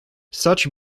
such